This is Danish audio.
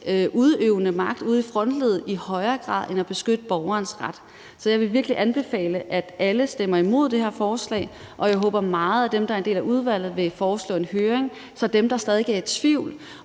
udøvende magt ude i frontleddet i højere grad, end at vi beskytter borgerens ret. Så jeg vil virkelig anbefale, at alle stemmer imod det her forslag, og jeg håber meget, at dem, der er en del af udvalget, vil foreslå en høring, så dem, der stadig væk er i tvivl,